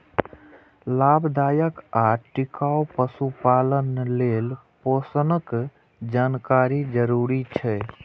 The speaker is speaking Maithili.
लाभदायक आ टिकाउ पशुपालन लेल पोषणक जानकारी जरूरी छै